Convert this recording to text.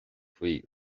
faoi